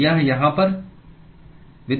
यह यहाँ पर